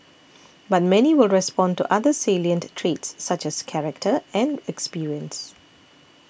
but many will respond to other salient traits such as character and experience